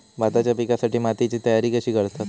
भाताच्या पिकासाठी मातीची तयारी कशी करतत?